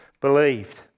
believed